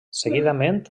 seguidament